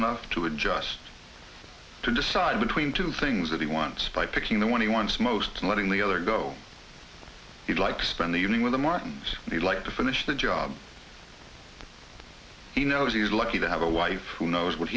enough to adjust to decide between two things that he wants by picking the one he wants most and letting the other go is like spend the evening with the martin and he like to finish the job he knows he's lucky to have a wife who knows what